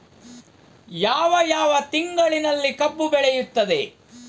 ಯಾವ ಯಾವ ತಿಂಗಳಿನಲ್ಲಿ ಕಬ್ಬು ಬೆಳೆಯುತ್ತದೆ?